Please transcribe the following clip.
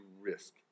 risk